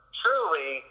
truly